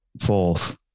Fourth